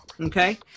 Okay